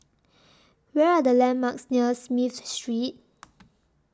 Where Are The landmarks near Smith Street